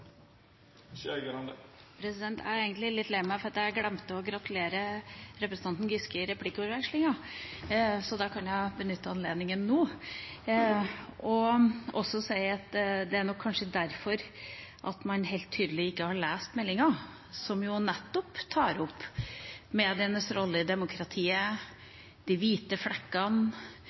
Jeg er egentlig litt lei meg for at jeg glemte å gratulere representanten Giske i replikkvekslingen, så da kan jeg benytte anledningen nå, og også si at det er nok kanskje derfor man helt tydelig ikke har lest meldinga, som nettopp tar opp medienes rolle i demokratiet, de hvite flekkene,